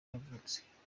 yavutse